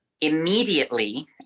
immediately